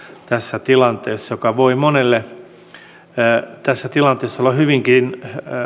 tässä tilanteessa joka voi monelle olla hyvinkin